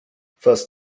first